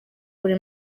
buri